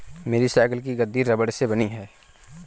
मेरी साइकिल की गद्दी रबड़ से बनी है